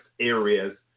areas